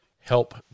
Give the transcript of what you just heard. help